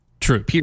True